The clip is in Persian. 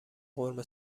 قرمه